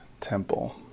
temple